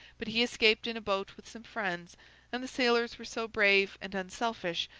but he escaped in a boat with some friends and the sailors were so brave and unselfish,